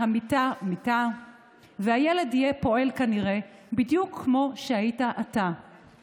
והמיטה מיתה / והילד יהיה פועל כנראה / בדיוק כמו שהיית אתה /